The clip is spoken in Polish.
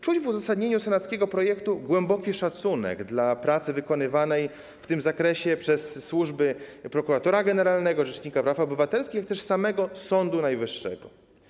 Czuć w uzasadnieniu senackiego projektu głęboki szacunek dla pracy wykonywanej w tym zakresie przez służby prokuratora generalnego, rzecznika praw obywatelskich, jak też samego Sądu Najwyższego.